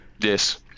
Yes